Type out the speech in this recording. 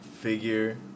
figure